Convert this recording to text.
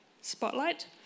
Spotlight